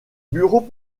bureau